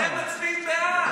אתם מצביעים בעד.